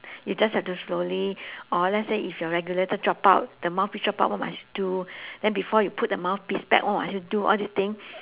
you just have to slowly or let's say if your regulator drop out the mouthpiece drop out what must you do then before you put the mouthpiece back what must you do all this thing